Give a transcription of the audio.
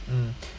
mm